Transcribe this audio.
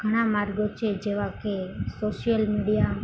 ઘણાં માર્ગો છે જેવા કે સોશિયલ મીડિયા